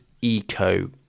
eco